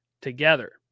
together